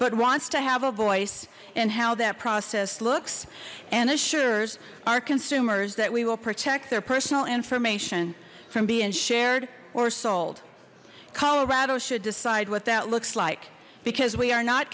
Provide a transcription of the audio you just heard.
but wants to have a voice in how that process looks and assures our consumers that we will protect their personal information from being shared or sold colorado should decide what that looks like because we are not